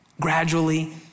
gradually